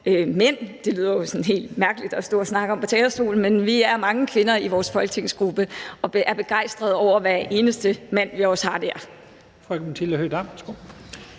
mænd. Det lyder jo sådan helt mærkeligt at stå og snakke om det her på talerstolen, men vi er mange kvinder i vores folketingsgruppe, og vi er også begejstrede over hver eneste mand, vi har der.